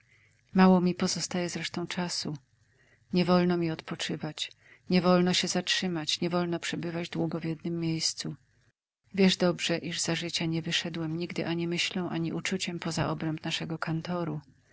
mało mi pozostaje zresztą czasu niewolno mi odpoczywać niewolno się zatrzymać niewolno przebywać długo w jednem miejscu wiesz dobrze iż za życia nie wyszedłem nigdy ani myślą ani uczuciem poza obręb naszego kantoru